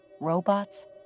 robots